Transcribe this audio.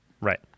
Right